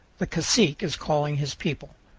the cacique is calling his people.